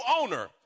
owner